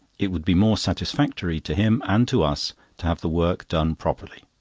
it would be more satisfactory to him and to us to have the work done properly.